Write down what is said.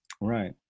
Right